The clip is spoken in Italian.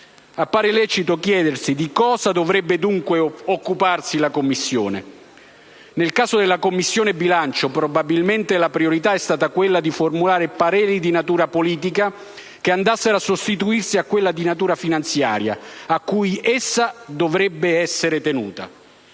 Appare lecito chiedersi di cosa dovrebbe, dunque, occuparsi una Commissione. Nel caso della Commissione bilancio probabilmente la priorità è stata quella di formulare pareri di natura politica che andassero a sostituire quelli di natura finanziaria a cui essa dovrebbe essere tenuta.